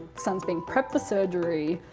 son's being prepped for surgery.